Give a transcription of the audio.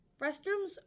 Restrooms